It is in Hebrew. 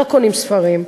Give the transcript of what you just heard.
לא קונים ספרים,